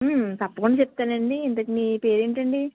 తప్పకుండా చెప్తానండి ఇంతకి మీ పేరేంటండి